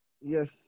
yes